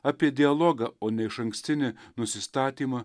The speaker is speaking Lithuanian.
apie dialogą o ne išankstinį nusistatymą